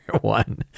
one